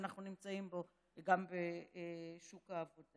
שאנחנו נמצאים בו גם בשוק העבודה.